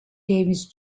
davis